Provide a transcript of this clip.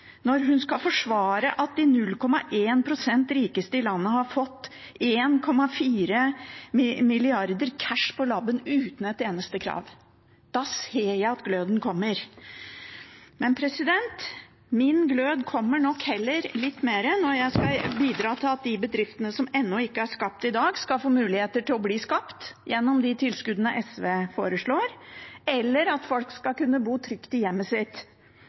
når hun skal forsvare at de 0,1 pst. rikeste i landet har fått 1,4 mrd. kr cash på labben uten et eneste krav. Da ser jeg at gløden kommer. Men min glød kommer nok heller litt mer når jeg skal bidra til at de bedriftene som ennå ikke er skapt i dag, skal få muligheter til å bli skapt, gjennom de tilskuddene SV foreslår, eller at folk skal kunne bo trygt i hjemmet sitt,